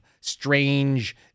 strange